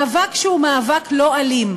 מאבק שהוא מאבק לא אלים.